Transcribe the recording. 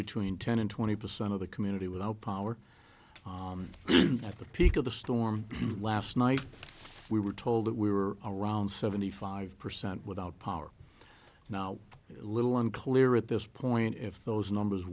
ten and twenty percent of the community without power at the peak of the storm last night we were told that we were around seventy five percent without power now a little unclear at this point if those numbers